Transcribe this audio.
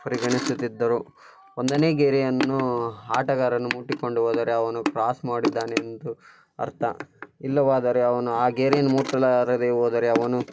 ಪರಿಗಣಿಸುತ್ತಿದ್ದರು ಒಂದನೇ ಗೆರೆಯನ್ನು ಆಟಗಾರನು ಮುಟ್ಟಿಕೊಂಡು ಹೋದರೆ ಅವನು ಕ್ರಾಸ್ ಮಾಡಿದ್ದಾನೆಂದು ಅರ್ಥ ಇಲ್ಲವಾದರೆ ಅವನು ಆ ಗೆರೆಯನ್ನ ಮುಟ್ಟಲಾರದೆ ಹೋದರೆ ಅವನು